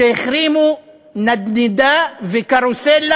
נדנדה וקרוסלה,